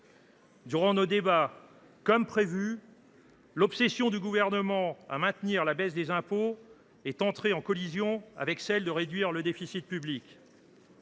Durant nos débats, comme prévu, l’obsession du Gouvernement à maintenir la baisse des impôts est entrée en collision avec son obsession à réduire le déficit public.